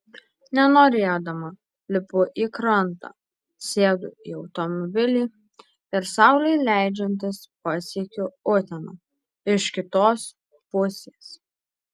nenorėdama lipu į krantą sėdu į automobilį ir saulei leidžiantis pasiekiu uteną iš kitos pusės